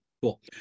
Cool